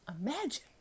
Imagine